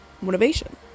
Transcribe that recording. motivation